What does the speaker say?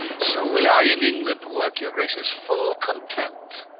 so will i in england worke your graces full content